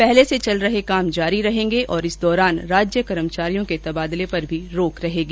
पहले से चल रहे काम जारी रहेंगे और इस दौरान राज्य कर्मचारियों के तबादलों पर भी रोक रहेगी